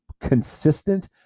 consistent